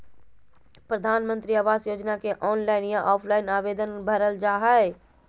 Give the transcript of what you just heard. प्रधानमंत्री आवास योजना के ऑनलाइन या ऑफलाइन आवेदन भरल जा हइ